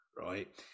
right